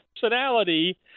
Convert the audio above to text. personality